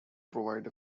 provide